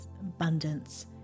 abundance